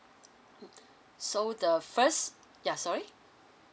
so the first ya sorry